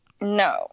No